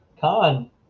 con